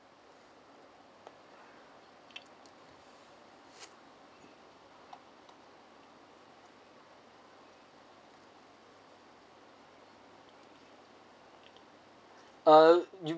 uh you'll